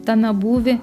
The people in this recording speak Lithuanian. tame būvy